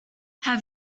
have